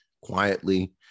quietly